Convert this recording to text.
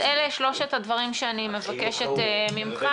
אלה שלושת הדברים שאני מבקשת ממך